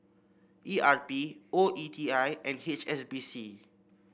E R P O E T I and H S B C